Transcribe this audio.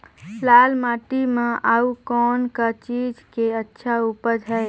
लाल माटी म अउ कौन का चीज के अच्छा उपज है?